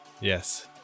Yes